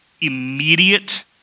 immediate